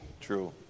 True